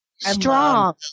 strong